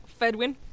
fedwin